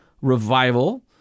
revival